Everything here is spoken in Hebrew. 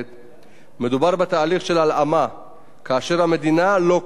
כאשר המדינה לוקחת על עצמה את מערך הכבאות,